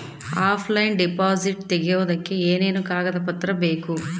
Offline deposit ತೆಗಿಯೋದಕ್ಕೆ ಏನೇನು ಕಾಗದ ಪತ್ರ ಬೇಕು?